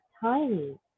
tiny